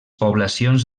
poblacions